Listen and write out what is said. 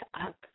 up